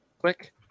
click